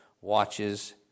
watches